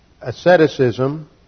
asceticism